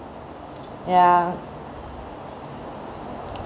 ya